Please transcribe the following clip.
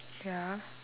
ya